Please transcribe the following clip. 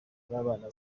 b’abana